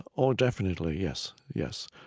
oh, definitely. yes. yes.